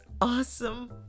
awesome